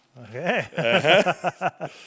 Okay